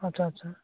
আচ্ছা আচ্ছা